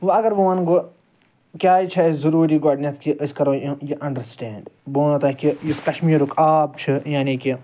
وۄنۍ اگر وۄنۍ ونہٕ بہٕ کیاز چھ اسہِ ضوٚروٗری گۄڈنیٚتھ کہ أسۍ کرو یہِ اَنڈَرسٹینڈ بہٕ ونو تۄہہِ کہ یُس کشمیٖرُک آب چھُ یعنی کہ